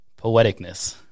Poeticness